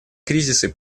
кризисы